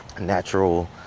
natural